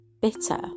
bitter